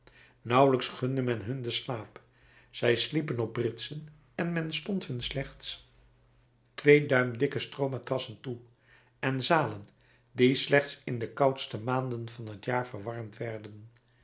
nauwelijks gunde men hun den slaap zij sliepen op britsen en men stond hun slechts twee duim dikke stroomatrassen toe en zalen die slechts in de koudste maanden van t jaar verwarmd werden